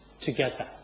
together